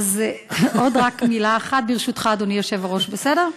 רק עוד מילה אחת, ברשותך, אדוני היושב-ראש, בסדר?